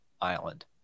island